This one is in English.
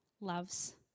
loves